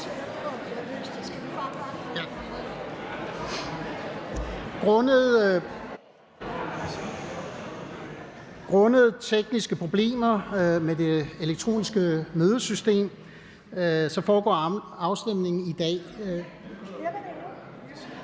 grundet tekniske problemer med det elektroniske mødesystem i dag skal udføre afstemningen